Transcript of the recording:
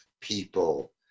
people